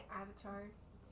avatar